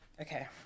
Okay